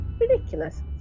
ridiculous